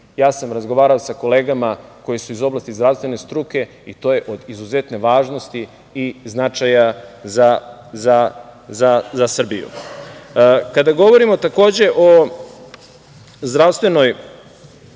sam razgovarao i sa kolegama koji su iz oblasti zdravstvene struke, i to je od izuzetne važnosti i značaja, za Srbiju. Kada govorimo takođe o zdravstvenoj